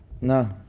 No